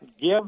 give